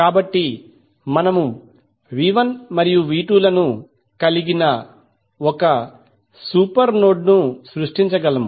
కాబట్టి మనము మరియు లను కలిగిన ఒక సూపర్ నోడ్ ను సృష్టించగలము